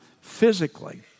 physically